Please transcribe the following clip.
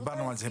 דיברנו על זה.